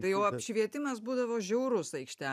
tai jau apšvietimas būdavo žiaurus aikštel